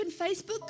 Facebook